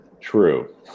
True